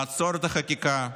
לעצור את החקיקה,